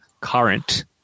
current